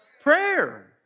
prayer